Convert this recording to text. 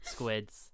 Squids